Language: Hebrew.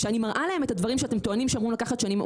כשאני מראה להם את הדברים שאתם טוענים שאמורים לקחת שנים,